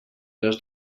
les